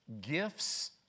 gifts